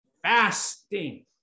Fasting